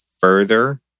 further